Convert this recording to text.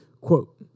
Quote